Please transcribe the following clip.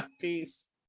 peace